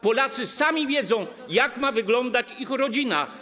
Polacy sami wiedzą, jak ma wyglądać ich rodzina.